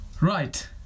Right